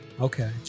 Okay